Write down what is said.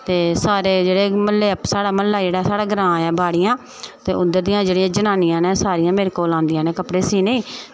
ते सारे जेह्ड़े म्हल्ला ऐ साढ़ा जेह्ड़ा ग्रांऽ ऐ बाड़ियां उद्धर दियां सारियां जेह्ड़ियां जनानियां न ओह् मेरे कोल आंदियां न कपड़े सीने गी